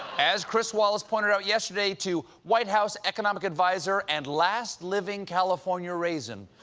as chris wallace pointed out yesterday to white house economic advisor and last living california raisin,